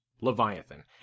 Leviathan